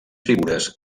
figures